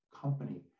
company